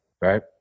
right